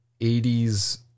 80s